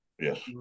Yes